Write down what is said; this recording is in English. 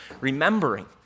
remembering